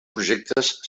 projectes